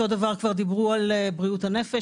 אותו דבר דיברו על בריאות הנפש,